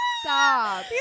Stop